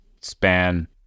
span